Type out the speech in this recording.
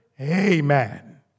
Amen